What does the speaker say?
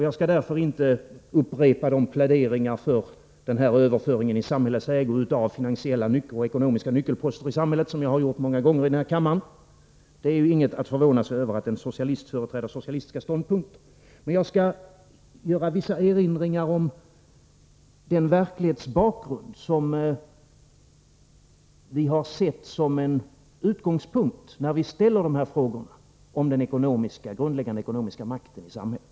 Jag skall därför inte upprepa de pläderingar för den här överföringen i samhällets ägo av finansiella och ekonomiska nyckelposter i samhället som jag har gjort många gånger i den här kammaren — det är ingenting att förvåna sig över att en socialist företräder socialistiska ståndpunkter — men jag skall göra vissa erinringar om den verklighetsbakgrund som vi har sett som en utgångspunkt, när vi har ställt de här frågorna om den grundläggande ekonomiska makten i samhället.